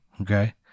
Okay